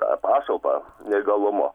tą pašalpą neįgalumo